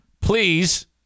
Please